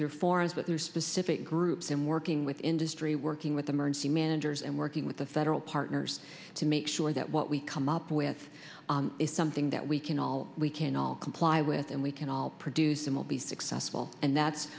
there for is that their specific groups in working with industry working with emergency managers and working with the federal partners to make sure that what we come up with is something that we can all we can all comply with and we can all produce them will be successful and that's